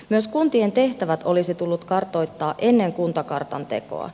myös kuntien tehtävät olisi tullut kartoittaa ennen kuntakartan tekoa